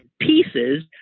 pieces